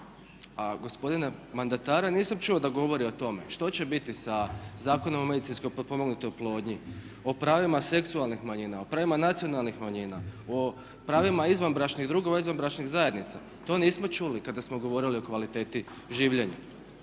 a gospodina mandatara nisam čuo da govorio o tome. Što će biti sa Zakonom o medicinskoj potpomognutoj oplodnji, o pravima seksualnih manjina, o pravima nacionalnih manjina, o pravima izvanbračnih drugova, izvanbračnih zajednica? To nismo čuli kada smo govorili o kvaliteti življenja.